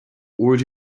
urdu